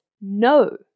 no